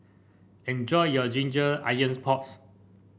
enjoy your Ginger Onions Porks